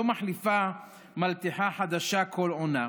לא מחליפים מלתחה חדשה כל עונה,